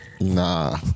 Nah